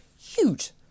huge